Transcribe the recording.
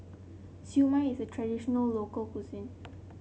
Siew Mai is a traditional local cuisine